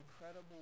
incredible